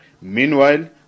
Meanwhile